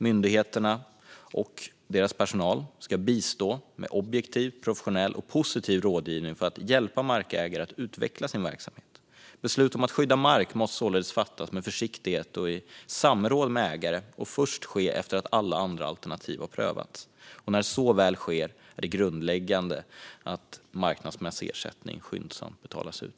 Myndigheterna och deras personal ska bistå med objektiv, professionell och positiv rådgivning för att hjälpa markägare att utveckla sin verksamhet. Beslut om att skydda mark måste således fattas med försiktighet och i samråd med ägare och ske först efter att alla andra alternativ har prövats. När så väl sker är det grundläggande att marknadsmässig ersättning skyndsamt betalas ut.